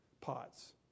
pots